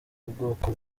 ubwoko